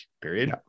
period